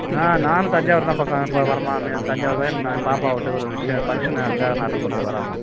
ஆ நானும் தஞ்சாவூருதான் பக்கம் இப்போ வரேம்மா தஞ்சாவூர்தான் எங்கள் பாப்பா வீட்ல ஒரு விஸேஷம் ஃபங்க்ஷன்னு அதுக்காக நான் அட்டென்ட் பண்ணுறதுக்கு வரேம்மா